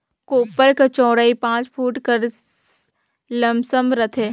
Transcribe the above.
कोपर कर चउड़ई पाँच फुट कर लमसम रहथे